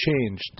changed